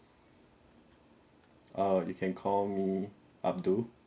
uh you can call me abdul